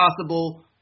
possible